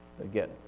Again